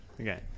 Okay